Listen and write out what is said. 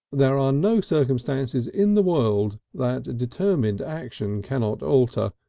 there are no circumstances in the world that determined action cannot alter,